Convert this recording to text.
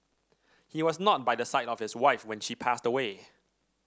he was not by the side of his wife when she passed away